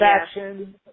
action